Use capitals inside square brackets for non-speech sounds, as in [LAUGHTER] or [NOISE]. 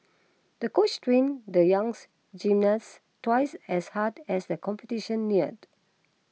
the coach trained the young [UNINTELLIGIBLE] gymnast twice as hard as the competition neared